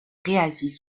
réagit